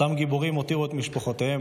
אותם גיבורים הותירו את משפחותיהם,